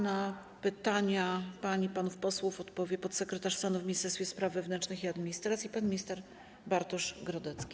Na pytania pań i panów posłów odpowie podsekretarz stanu w Ministerstwie Spraw Wewnętrznych i Administracji pan minister Bartosz Grodecki.